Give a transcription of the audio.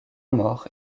mort